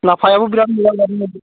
लाफायाबो बिराद मोजां जादों